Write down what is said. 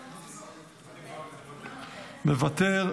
מוותר,